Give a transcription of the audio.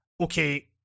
okay